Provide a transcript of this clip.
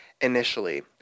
initially